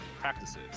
practices